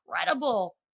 incredible